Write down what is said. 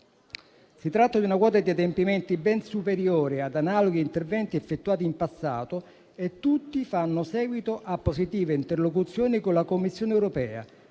Si tratta di una quota di adempimenti ben superiore ad analoghi interventi effettuati in passato e tutti fanno seguito a positive interlocuzioni con la Commissione europea,